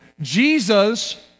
Jesus